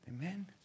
Amen